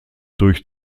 durch